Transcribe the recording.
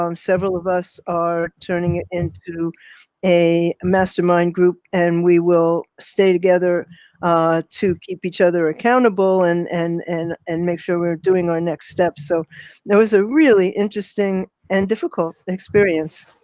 um several of us are turning ah into a mastermind group and we will stay together to keep each other accountable and and and and make sure we're doing our next steps. so that was a really interesting and difficult experience.